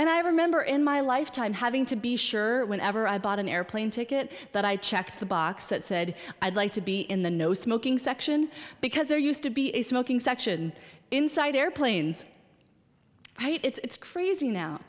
and i remember in my lifetime having to be sure whenever i bought an airplane ticket that i checked the box that said i'd like to be in the no smoking section because there used to be a smoking section inside airplanes it's crazy now